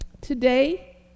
Today